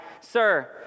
Sir